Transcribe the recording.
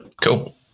cool